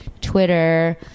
Twitter